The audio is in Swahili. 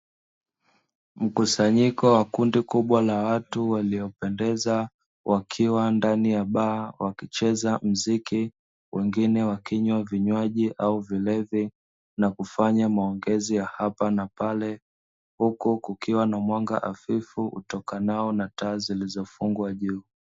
Mkusanyiko wa kundi kubwa la watu waliopendeza wakiwa ndani ya baa, wakicheza muziki wengine wakinywa vinywaji au vilevile na kufanya maongezi ya hapa na pale, huku kukiwa na mwanga afifu utokanao na taa zilizofungwa juu zaidi.